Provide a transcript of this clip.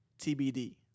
TBD